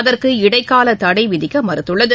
அதற்கு இடைக்காலதடைவிதிக்கமறுத்துள்ளது